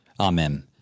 Amen